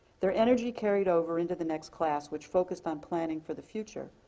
their energy carried over into the next class, which focused on planning for the future.